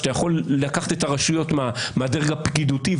שאתה יכול לקחת את הרשות מהדרג הפקידותי,